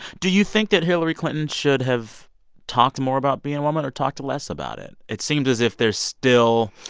do you think that hillary clinton should have talked more about being a woman or talked less about it? it seemed as if there's still.